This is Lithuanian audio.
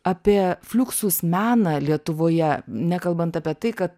apie fliuksus meną lietuvoje nekalbant apie tai kad